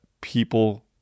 people